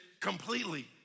completely